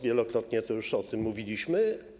Wielokrotnie tu już o tym mówiliśmy.